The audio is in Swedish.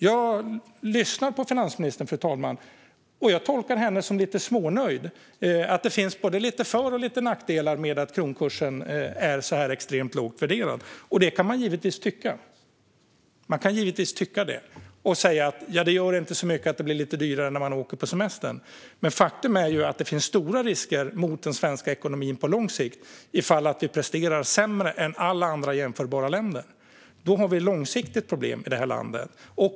Jag lyssnar på finansministern. Jag tolkar henne som att hon är lite smånöjd, som att hon tycker att det finns lite för och lite nackdelar med att kronkursen är extremt lågt värderad. Det kan man givetvis tycka. Man kan säga att det inte gör särskilt mycket att det blir lite dyrare när vi åker på semester. Faktum är att det finns stora risker för den svenska ekonomin på lång sikt ifall vi presterar sämre än alla jämförbara länder. Då har vi ett långsiktigt problem i det här landet.